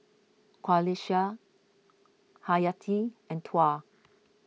Qalisha Haryati and Tuah